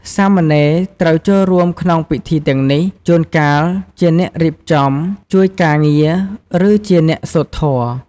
សាមណេរត្រូវចូលរួមក្នុងពិធីទាំងនេះ ជួនកាលជាអ្នករៀបចំ ជួយការងារ ឬជាអ្នកសូត្រធម៌។